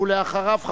ואחריו,